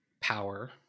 power